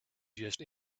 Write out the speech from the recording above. just